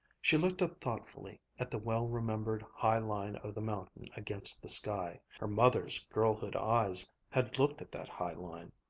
she looked up thoughtfully at the well-remembered high line of the mountain against the sky her mother's girlhood eyes had looked at that high line.